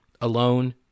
Alone